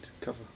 cover